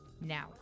now